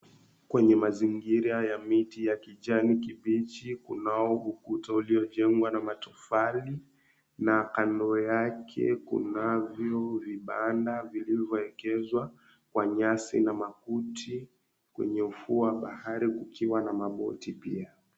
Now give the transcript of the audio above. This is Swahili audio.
Kwenye mazingira ya miti ya kijani kibichi kunao ukuta uliojengwa na matofali na kando yake kunavyo vibanda viivyoegezwa kwa nyasi na makuti kwenye ufuo wa bahari kukiwa na maboti pia.